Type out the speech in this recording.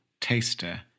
taster